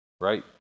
right